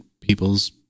people's